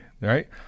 right